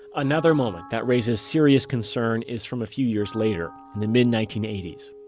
another moment that raises serious concern is from a few years later, in the mid nineteen eighty s.